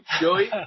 Joey